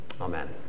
Amen